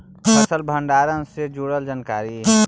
फसल भंडारन से जुड़ल जानकारी?